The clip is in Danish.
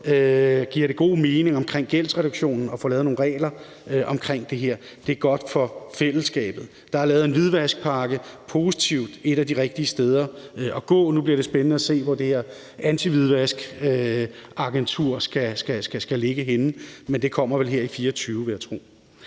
giver det god mening med hensyn til gældsreduktion at få lavet nogle regler om det her. Det er godt for fællesskabet. Der er lavet en hvidvaskpakke. Det er positivt, og det er et af de rigtige steder at se på. Nu bliver det spændende at se, hvor det her antihvidvaskagentur skal ligge henne. Men det kommer vel her i 2024, vil jeg tro.